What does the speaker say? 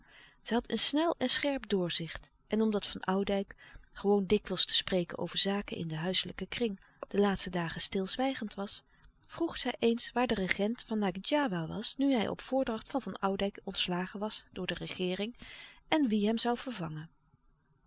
een snel en scherp doorzicht en omdat van oudijck gewoon dikwijls te spreken over zaken in den huiselijken kring de laatste dagen stilzwijgend was vroeg zij eens waar de regent van ngadjiwa was nu hij op voordracht van van oudijck ontslagen was door de regeering en wie hem zoû vervangen